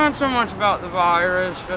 um so much about the virus,